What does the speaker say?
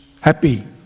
happy